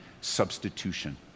substitution